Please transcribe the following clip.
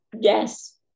Yes